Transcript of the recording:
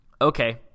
okay